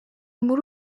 muri